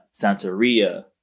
Santeria